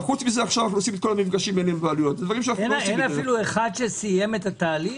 אין אפילו אחד שסיים את התהליך?